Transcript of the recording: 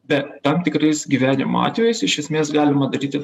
bet tam tikrais gyvenimo atvejais iš esmės galima daryti